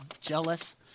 jealous